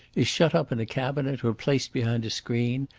is shut up in a cabinet or placed behind a screen,